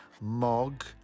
Mog